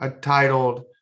titled